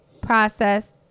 process